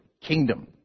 kingdom